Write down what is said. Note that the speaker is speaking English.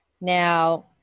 now